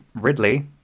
Ridley